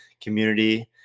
community